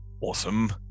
Awesome